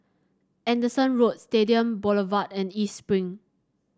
Anderson Road Stadium Boulevard and East Spring